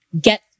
get